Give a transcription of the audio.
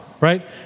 right